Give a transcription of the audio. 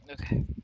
Okay